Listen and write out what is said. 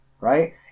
right